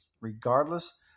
Regardless